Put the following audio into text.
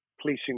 policing